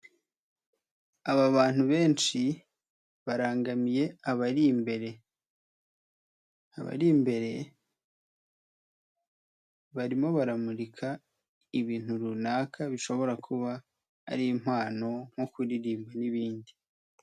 Aba bantu benshi barangamiye abari imbere. Abari imbere barimo baramurika ibintu runaka bishobora kuba ari impano nko kuririmba n'ibindi.